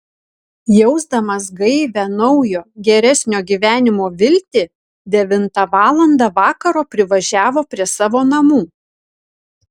jausdamas gaivią naujo geresnio gyvenimo viltį devintą valandą vakaro privažiavo prie savo namų